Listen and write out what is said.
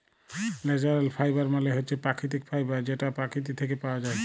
ল্যাচারেল ফাইবার মালে হছে পাকিতিক ফাইবার যেট পকিতি থ্যাইকে পাউয়া যায়